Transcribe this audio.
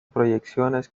proyecciones